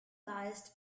biased